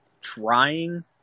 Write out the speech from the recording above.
trying